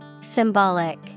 Symbolic